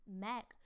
Mac